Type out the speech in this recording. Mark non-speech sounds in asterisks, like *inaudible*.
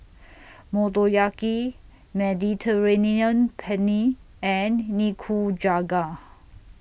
*noise* Motoyaki Mediterranean Penne and Nikujaga